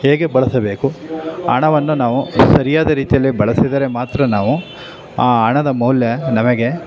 ಹೇಗೆ ಬಳಸಬೇಕು ಹಣವನ್ನು ನಾವು ಸರಿಯಾದ ರೀತಿಯಲ್ಲಿ ಬಳಸಿದರೆ ಮಾತ್ರ ನಾವು ಆ ಹಣದ ಮೌಲ್ಯ ನಮಗೆ